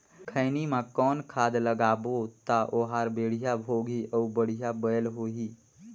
खैनी मा कौन खाद लगाबो ता ओहार बेडिया भोगही अउ बढ़िया बैल होही?